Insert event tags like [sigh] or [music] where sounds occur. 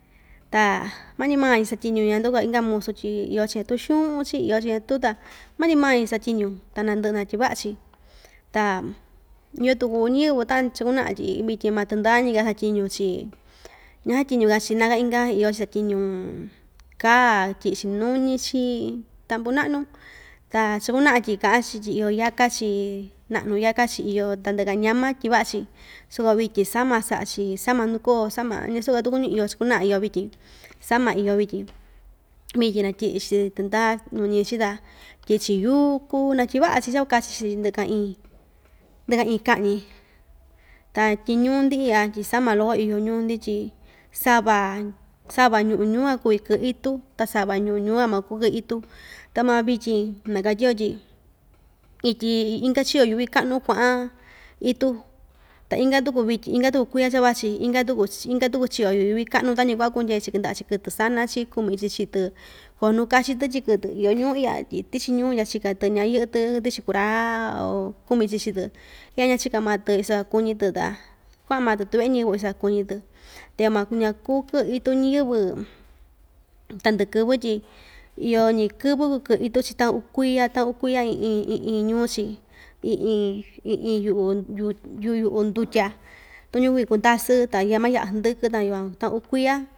Ta mañi maa‑chi satyiñu ñanduka inka musu tyi iyo‑chi ñatu xu'un‑chi iyo‑chi ñatu ta mañi maa‑chi satyiñu ta nandɨ'ɨ natyiva'a‑chi ta iyo tuku ñɨvɨ ta'a chakuna'a tyi vityin ma tɨndañi‑ka chatyiñu‑chi ña chatyiñuka‑chi na ka inka iyo‑chi chatyiñu kaa tyi'i‑chi nuñi‑chi tampu na'nu ta chakuna'a tyi ka'an‑chi tyi iyo yáka‑chi na'nu yáka‑chi iyo tandɨ'ɨ‑ka ñama tyiva'a‑chi soko vityin sama sa'a‑chi sama ndukó sama ñasu‑ka tukuñu iyo‑chi chakuna'a iyo vityin sama iyo vityin vityin natyi'i‑chi tɨnda nuñi‑chi ta tyi'i‑chi yúku natyiva'a‑chi cha‑kuakachi‑chi ndɨka iin ndɨka iin ka'ñi ta tyi ñuu‑ndi i'ya tyi sama loko iyo ñuu‑ndi tyi sava sava ñu'un ñuu ya kuvi kɨ'ɨ itu ta sava ñu'un ñuu‑ya maku kɨ'ɨ itu ta ma vityin nakatyi‑yo tyi ityi inka chiyo yuvi ka'nu kua'an itu ta inka tuku vityin inka tuku kuiya cha vachi inka tuku‑chi inka tuku chiyo yu'u yuvi ka'nu tañi ku'va kundye‑chi kɨnda'a‑chi kɨtɨ saná‑chi kumi‑chi chii‑tɨ koo nu kachi‑tɨ tyi kɨ'ɨ‑tɨ iyo ñuu i'ya tyi tichi ñuu ndyachika‑tɨ ña yɨ'ɨ‑tɨ tichi kurá o kumi‑chi chii‑tɨ iya ndyachika maa‑tɨ iso kaa kuñi‑tɨ ta kua'an maa‑tɨ tuve'e ñɨvɨ iso kaa kuñi‑tɨ [unintelligible] ñaku kɨ'ɨ itu ñiyɨvɨ tandɨ'ɨ kɨvɨ tyi iyo‑ñi kɨvɨ kuu kɨ'ɨ itu‑chi ta'a uu kuiya ta'an uu kuiya iin iin iin iin ñuu‑chi iin iin iin iin yu'u yu yu yu'u ndutya [unintelligible] kuvi kundasɨ ta ya ma ya'a hndɨkɨ ta yukuan ta'an uu kuiya.